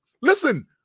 Listen